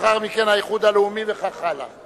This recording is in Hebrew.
לאחר מכן, האיחוד הלאומי וכן הלאה.